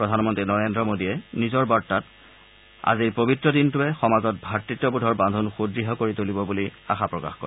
প্ৰধানমন্ত্ৰী নৰেন্দ্ৰ মোদীয়ে নিজৰ বাৰ্তাত আজিৰ পবিত্ৰ দিনটোৱে সমাজত ভাতৃত্ববোধৰ বন্ধন সুদৃঢ় কৰি তুলিব বুলি আশা প্ৰকাশ কৰে